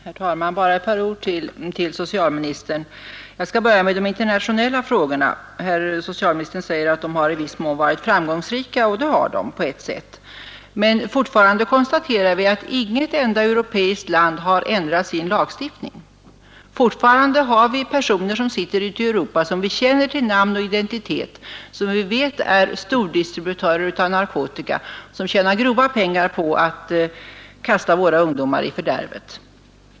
Herr talman! Bara ett par ord till socialministern. Jag skall börja med de internationella frågorna. Herr socialministern säger att vi där i viss mån har varit framgångsrika. Ja, det har vi, på ett sätt. Men fortfarande är det ett faktum att inget enda europeiskt land ännu har ändrat sin lagstiftning i detta avseende. Fortfarande finns det ute i Europa personer som vi känner till namn och identitet och vilka vi vet är stordistributörer av narkotika och som tjänar stora pengar på att kasta våra ungdomar i fördärvet.